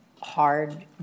hard